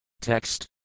Text